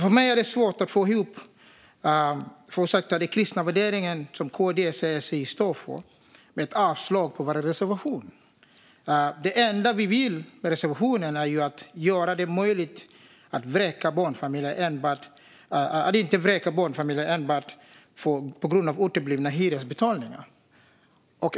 För mig är det svårt att få ihop den kristna värdering som KD säger sig stå för med ett avslag på vår reservation. Det enda vi vill med reservationen är att barnfamiljer inte ska vräkas enbart på grund av uteblivna hyresbetalningar.